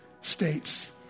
states